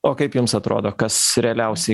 o kaip jums atrodo kas realiausiai